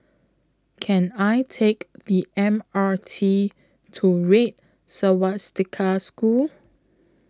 Can I Take The M R T to Red Swastika School